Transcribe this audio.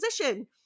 position